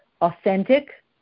authentic